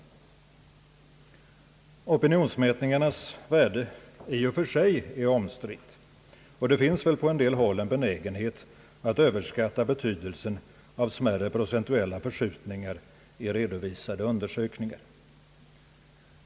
Opinionsmätningarnas värde i och för sig är omstritt, och det finns väl på en del håll en benägenhet att överskatta betydelsen av smärre procentuella förskjutningar i redovisade undersökningar.